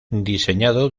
diseñado